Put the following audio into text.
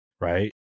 right